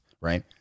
right